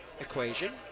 equation